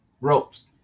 ropes